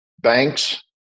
banks